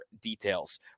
details